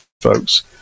folks